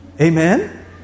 Amen